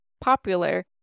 popular